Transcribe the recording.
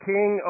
King